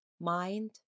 mind